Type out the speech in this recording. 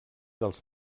dels